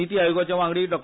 नीती आयोगाचे वांगडी डा